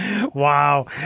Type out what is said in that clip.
Wow